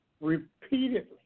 repeatedly